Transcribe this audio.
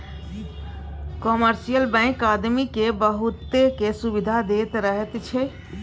commercial bank आदमी केँ बहुतेक सुविधा दैत रहैत छै